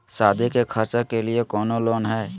सादी के खर्चा के लिए कौनो लोन है?